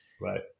Right